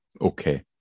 Okay